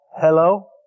hello